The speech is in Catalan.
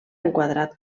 enquadrat